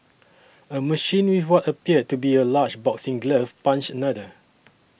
a machine with what appeared to be a large boxing glove punched another